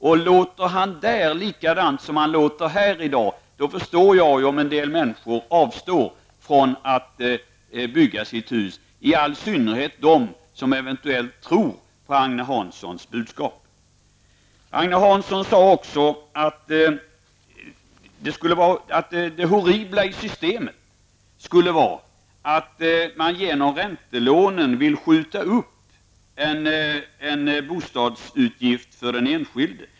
Och om han där låter på samma sätt som han gör här i dag, förstår jag om en del människor avstår från att bygga sitt hus, i all synnerhet de som eventuellt tror på Agne Hanssons budskap. Agne Hansson sade också att det horribla i systemet skulle vara att man genom räntelånen vill skjuta upp en bostadsutgift för den enskilde.